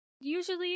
Usually